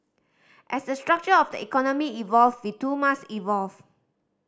as the structure of the economy evolve we too must evolve